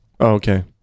okay